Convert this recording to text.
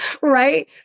right